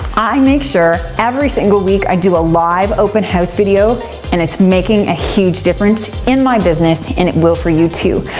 i make sure, every single week, i do a live open house video and it's making a huge difference in my business and it will for you too.